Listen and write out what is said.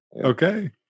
Okay